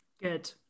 Good